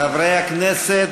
חברי הכנסת,